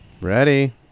Ready